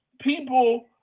people